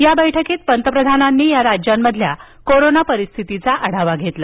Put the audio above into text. या बैठकीतपंतप्रधानांनी या राज्यांमधल्या कोरोना परिस्थितीचा आढावा घेतला